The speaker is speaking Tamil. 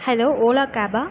ஹலோ ஓலா கேபா